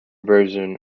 version